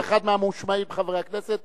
אתה אחד מהממושמעים מחברי הכנסת,